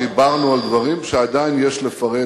דיברנו על דברים שעדיין יש לפרט,